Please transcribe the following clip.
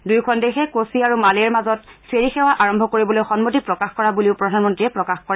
দুয়োখন দেশে কোচি আৰু মালেৰ মাজত ফেৰী সেৱা আৰম্ভ কৰিবলৈ সন্মতি প্ৰকাশ কৰা বুলিও প্ৰধানমন্ত্ৰীয়ে প্ৰকাশ কৰে